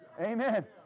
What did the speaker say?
amen